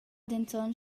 denton